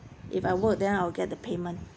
if I work then I'll get the payment